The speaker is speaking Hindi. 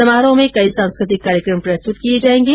समारोह में कई सांस्कृतिक कार्यक्रम भी प्रस्तुत किए जाएंगे